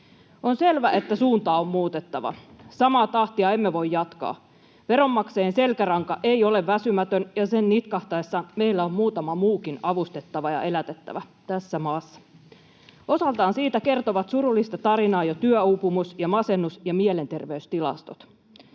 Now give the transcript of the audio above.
On selvää, että suuntaa on muutettava, samaa tahtia emme voi jatkaa. Veronmaksajien selkäranka ei ole väsymätön, ja sen nitkahtaessa meillä on muutama muukin avustettava ja elätettävä tässä maassa. Osaltaan siitä kertovat surullista tarinaa jo työuupumus-, masennus- ja mielenterveystilastot,